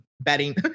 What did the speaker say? betting